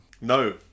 No